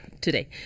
Today